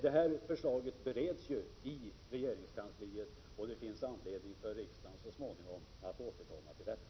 Detta förslag bereds i regeringskansliet, och riksdagen får så småningom anledning att återkomma till detta.